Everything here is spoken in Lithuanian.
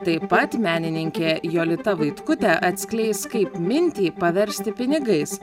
taip pat menininkė jolita vaitkutė atskleis kaip mintį paversti pinigais